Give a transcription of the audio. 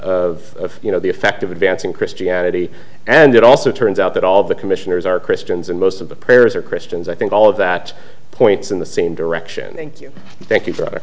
of you know the effect of advancing christianity and it also turns out that all of the commissioners are christians and most of the prayers are christians i think all of that points in the same direction thank you thank you for